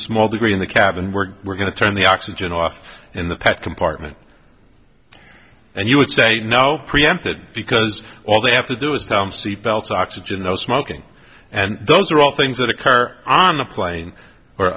small degree in the cabin where we're going to turn the oxygen off in the compartment and you would say now preempted because all they have to do is to seat belts oxygen no smoking and those are all things that occur on a plane